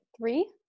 three